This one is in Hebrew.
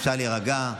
אפשר להירגע.